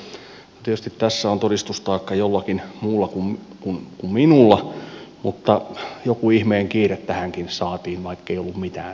tietysti tässä on todistustaakka jollakin muulla kuin minulla mutta joku ihmeen kiire tähänkin saatiin vaikkei ollut mitään syytä